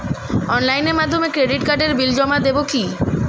অনলাইনের মাধ্যমে ক্রেডিট কার্ডের বিল জমা দেবো কি?